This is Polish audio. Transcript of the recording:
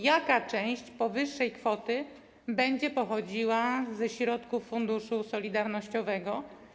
Jaka część powyższej kwoty będzie pochodziła ze środków Funduszu Solidarnościowego?